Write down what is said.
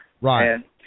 Right